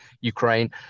Ukraine